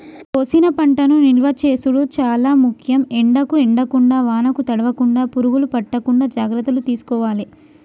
కోసిన పంటను నిలువ చేసుడు చాల ముఖ్యం, ఎండకు ఎండకుండా వానకు తడవకుండ, పురుగులు పట్టకుండా జాగ్రత్తలు తీసుకోవాలె